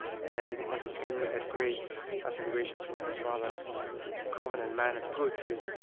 and montesquiou had great aspirations for his rather common and mannered poetry.